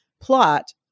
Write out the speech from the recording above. plot